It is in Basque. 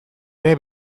ere